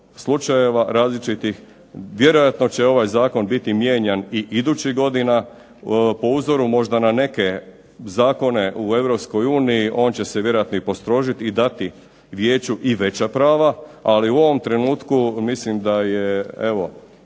slučajeva različitih. Vjerojatno će ovaj zakon biti mijenjan i idućih godina. Po uzoru možda na neke zakone u Europskoj uniji on će se vjerojatno i postrožiti i dati Vijeću i veća prava. Ali u ovom trenutku mislim da je